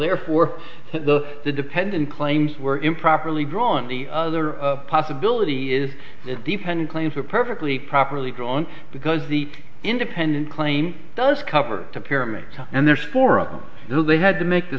therefore the the dependent claims were improperly drawn the other possibility is it depended claims are perfectly properly drawn because the independent claim does cover a paramedic and there's four of them so they had to make the